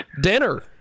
dinner